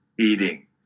eating